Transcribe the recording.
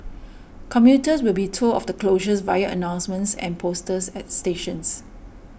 commuters will be told of the closures via announcements and posters at stations